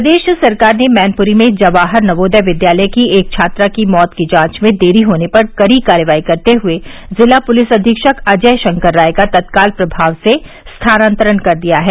प्रदेश सरकार ने मैनपुरी में जवाहर नवोदय विद्यालय की एक छात्रा की मौत की जांच में देरी होने पर कड़ी कार्रवाई करते हुए जिला पुलिस अधीक्षक अजय शंकर राय का तत्काल प्रभाव से स्थानान्तरण कर दिया है